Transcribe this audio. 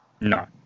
No